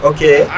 Okay